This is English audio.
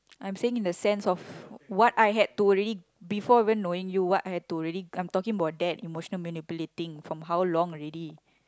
I'm saying in the sense of what I had to already before even knowing what I had to already I'm talking about that emotion manipulating from how long already